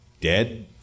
dead